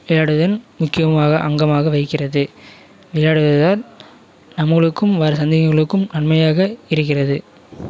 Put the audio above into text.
விளையாடுவதன் முக்கியமாக அங்கமாக வகிக்கிறது விளையாடுவதால் நம்மளுக்கும் வர சந்ததியினருக்கும் நன்மையாக இருக்கிறது